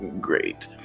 Great